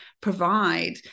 provide